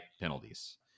penalties